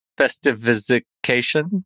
festivization